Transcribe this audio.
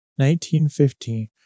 1915